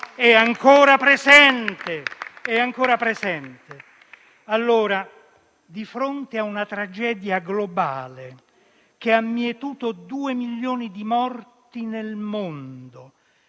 è ancora presente. Siamo di fronte a una tragedia globale che ha mietuto due milioni di morti nel mondo